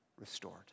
restored